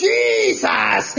Jesus